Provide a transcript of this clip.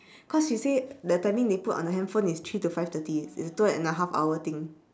cause she say the timing they put on the handphone is three to five thirty it's a two and a half hour thing